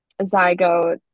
zygote